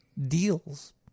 deals